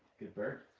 good bird.